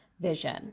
vision